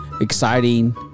Exciting